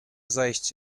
zajść